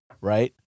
Right